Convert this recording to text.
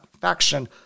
faction